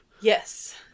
Yes